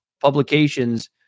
publications